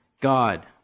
God